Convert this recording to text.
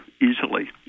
easily